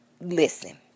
Listen